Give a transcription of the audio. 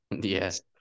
Yes